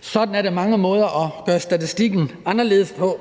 Sådan er der mange måder at gøre statistikken anderledes på.